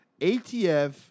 ATF